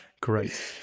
Great